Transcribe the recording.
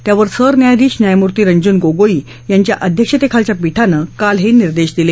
त्यावर सरन्यायाधीश न्यायमूर्ती रंजन गोगोई यांच्या अध्यक्षतेखालच्या पीठानं काल हे निर्देश दिले